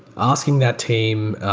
asking that team,